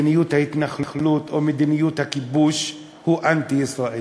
ההתנחלות או מדיניות הכיבוש הוא אנטי ישראלי?